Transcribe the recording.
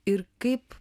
ir kaip